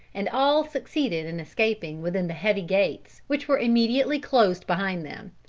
and all succeeded in escaping within the heavy gates, which were immediately closed behind them.